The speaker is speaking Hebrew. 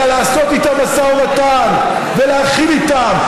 אלא לעשות איתו משא ומתן ולהכיל אותם